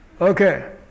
Okay